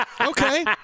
Okay